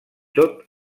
tot